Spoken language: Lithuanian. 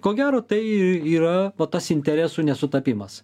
ko gero tai yra va tas interesų nesutapimas